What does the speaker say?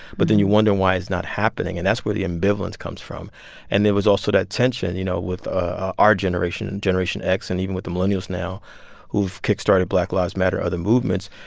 but then you wonder why it's not happening, and that's where the ambivalence comes from and there was also that tension, you know, with ah our generation and generation x and even with the millennials now who've kickstarted lives matter, other movements,